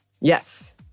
Yes